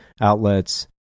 outlets